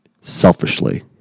selfishly